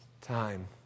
time